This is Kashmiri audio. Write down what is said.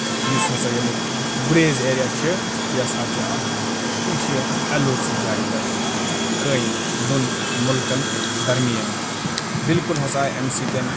یُس ہسا یِمَن گُریز ایریا چھُ یہِ ہسا چھُ اکھ یہِ چھُ ایٚل او سی جایہِ پٮ۪ٹھ قٲیِم دۄن مُلکَن درمیان بلکل ہسا آیہِ اَمہِ سۭتۍ